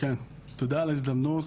תודה על ההזדמנות.